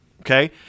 okay